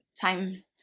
time